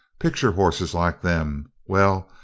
picture hosses like them well,